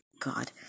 god